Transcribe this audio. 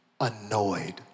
annoyed